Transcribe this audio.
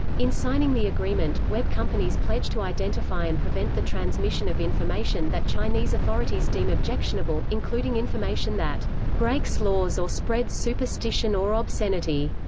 in signing the agreement, web companies pledge to identify and prevent the transmission of information that chinese authorities deem objectionable, including information that breaks laws or spreads superstition or obscenity,